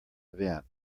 event